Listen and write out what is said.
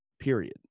period